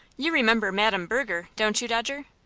you remember madam berger, don't you, dodger?